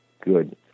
good